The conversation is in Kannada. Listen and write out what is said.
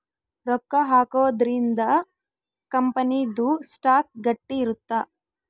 ರೊಕ್ಕ ಹಾಕೊದ್ರೀಂದ ಕಂಪನಿ ದು ಸ್ಟಾಕ್ ಗಟ್ಟಿ ಇರುತ್ತ